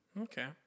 Okay